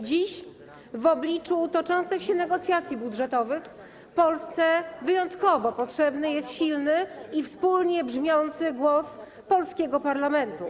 Dziś w obliczu toczących się negocjacji budżetowych Polsce wyjątkowo potrzebny jest silny i wspólnie brzmiący głos polskiego parlamentu.